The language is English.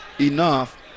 enough